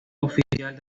oficial